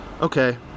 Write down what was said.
Okay